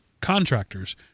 contractors